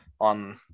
on